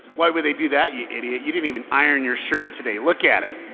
why would they do that, you idiot! you didn't even iron your shirt today, look at it.